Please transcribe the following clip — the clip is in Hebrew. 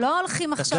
אנחנו לא הולכים עכשיו